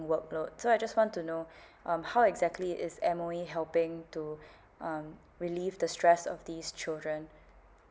workload so I just want to know um how exactly is M_O_E helping to um relieve the stress of these children